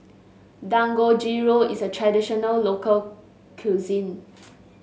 dangojiru is a traditional local cuisine